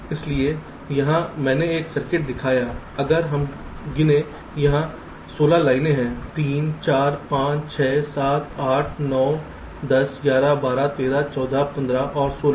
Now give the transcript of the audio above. इसलिए यहां मैंने एक सर्किट दिखाया है अगर हम गिनें यहां 16 लाइनें हैं 3 4 5 6 7 8 9 10 11 12 13 14 15 16